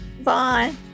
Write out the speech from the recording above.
Bye